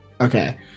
Okay